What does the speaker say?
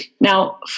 Now